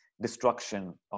destruction